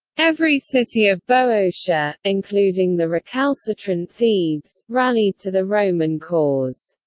every city of boeotia, including the recalcitrant thebes, rallied to the roman cause.